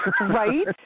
right